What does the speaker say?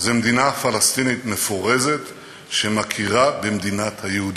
זה מדינה פלסטינית מפורזת שמכירה במדינה יהודית.